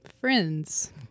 friends